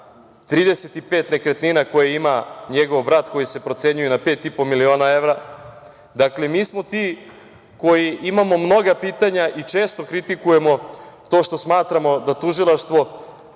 35 nekretnina koje ima njegov brat, koji se procenjuju na 5.500.000 evra. Dakle, mi smo ti koji imamo mnoga pitanja i često kritikujemo to što smatramo da tužilaštvo